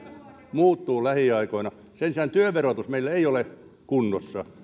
muuttuu lähiaikoina sen sijaan työn verotus meillä ei ole kunnossa